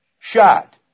Shot